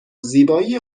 زیبایی